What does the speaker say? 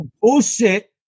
bullshit